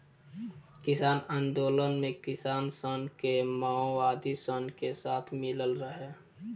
किसान आन्दोलन मे किसान सन के मओवादी सन के साथ मिलल रहे